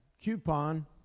coupon